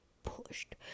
pushed